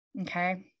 okay